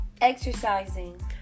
Exercising